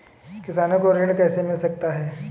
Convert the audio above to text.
किसानों को ऋण कैसे मिल सकता है?